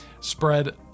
spread